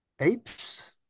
apes